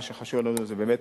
מה שחשוב לנו זה באמת